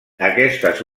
aquestes